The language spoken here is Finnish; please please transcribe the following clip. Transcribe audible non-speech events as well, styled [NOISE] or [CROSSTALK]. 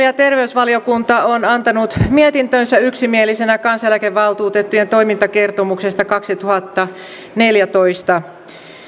[UNINTELLIGIBLE] ja terveysvaliokunta on antanut mietintönsä yksimielisenä kansaneläkevaltuutettujen toimintakertomuksesta kaksituhattaneljätoista